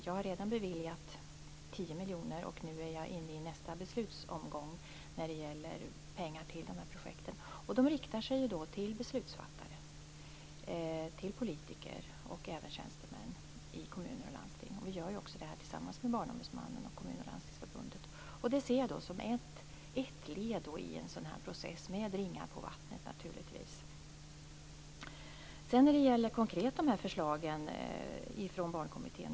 Jag har redan beviljat 10 miljoner, och nu är jag inne i nästa omgång med beslut om pengar till dessa projekt. De riktar sig till beslutsfattare, politiker och tjänstemän i kommuner och landsting. Vi gör också detta tillsammans med Barnombudsmannen och kommun och landstingsförbunden. Jag ser detta som ett led i en sådan här process - med ringar på vattnet naturligtvis. Sedan vill jag säga något om de här konkreta förslagen från Barnkommittén.